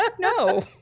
no